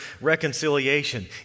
reconciliation